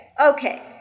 Okay